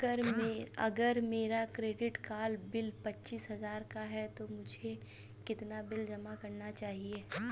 अगर मेरा credit card bill पच्चीस हजार का है तो मुझे कितना बिल जमा करना चाहिए?